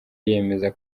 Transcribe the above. yemeza